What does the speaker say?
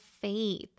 faith